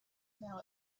now